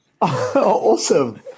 Awesome